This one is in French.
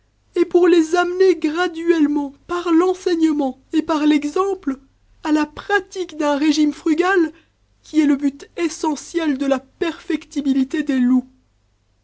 et pour les amener graduellement par l'enseignement et par l'exemple à la pratique d'un régime frugal qui est le but essentiel de la